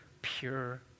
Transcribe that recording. pure